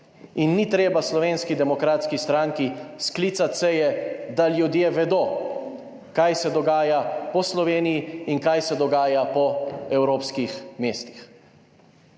Ni treba Slovenski demokratski stranki sklicati seje, da ljudje vedo kaj se dogaja po Sloveniji in kaj se dogaja po evropskih mestih.